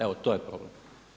Evo to je problem.